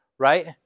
Right